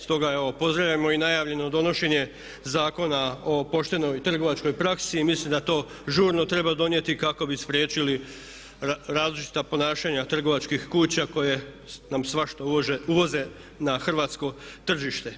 Stoga evo pozdravljamo i najavljeno donošenje Zakona o poštenoj trgovačkoj praksi i mislim da to žurno treba donijeti kako bi spriječili različita ponašanja trgovačkih kuća koje nam svašta uvoze na hrvatsko tržište.